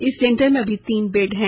इस सेंटर में अभी तीन बेड हैं